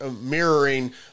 mirroring